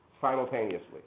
simultaneously